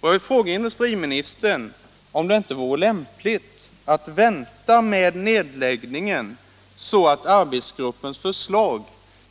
Och jag vill fråga industriministern om det inte vore lämpligt att vänta med nedläggningen, så att arbetsgruppens förslag